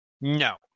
No